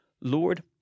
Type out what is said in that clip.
Lord